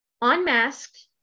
unmasked